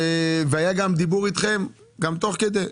והיה דיבור איתכם תוך כדי.